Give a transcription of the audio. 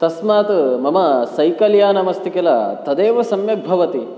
तस्मात् मम सैकल् यानम् अस्ति किल तदेव सम्यक् भवति